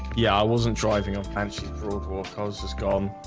yeah, i wasn't driving up and she was gone.